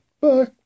Bye